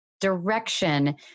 direction